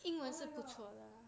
oh my god ya